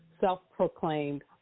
self-proclaimed